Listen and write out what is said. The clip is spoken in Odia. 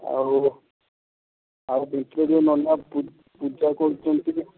ଆଉ ଆଉ ଦେଖିବେ ଯେଉଁ ନନା ପୂଜା କରୁଛନ୍ତି ବି